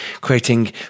creating